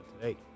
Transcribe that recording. today